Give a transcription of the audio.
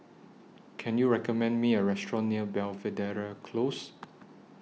Can YOU recommend Me A Restaurant near Belvedere Close